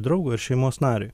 draugui ar šeimos nariui